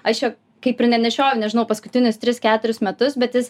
aš jo kaip ir nenešioju nežinau paskutinius tris keturis metus bet jis